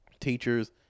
teachers